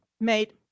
made